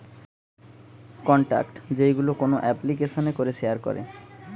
contact যেইগুলো কোন এপ্লিকেশানে করে শেয়ার করে